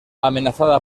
amenazada